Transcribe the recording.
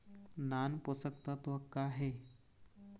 नान पोषकतत्व का हे?